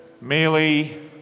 merely